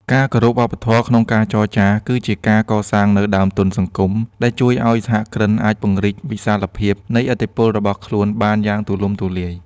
ការគោរពវប្បធម៌ក្នុងការចរចា គឺជាការកសាងនូវ "ដើមទុនសង្គម" ដែលជួយឱ្យសហគ្រិនអាចពង្រីកវិសាលភាពនៃឥទ្ធិពលរបស់ខ្លួនបានយ៉ាងទូលំទូលាយ។